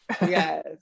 Yes